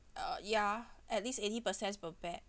uh ya at least eighty percent is perfect